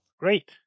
Great